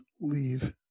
leave